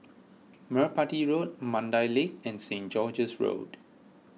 Merpati Road Mandai Lake and St George's Road